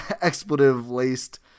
expletive-laced